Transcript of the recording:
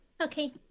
okay